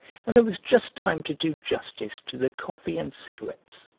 and there was just time to do justice to the coffee and cigarettes.